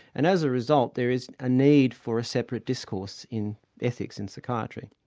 and as a result there is a need for a separate discourse in ethics in psychiatry.